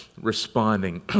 responding